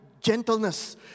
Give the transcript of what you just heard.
gentleness